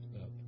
up